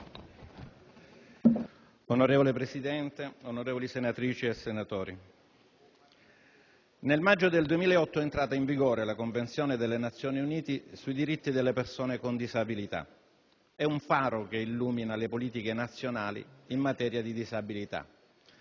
Signora Presidente, onorevoli senatrici e senatori, nel maggio del 2008 è entrata in vigore la Convenzione delle Nazioni Unite sui diritti delle persone con disabilità. È un faro, che illumina le politiche nazionali in materia di disabilità.